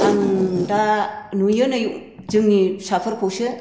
आं दा नुयो नै जोंनि फिसाफोरखौसो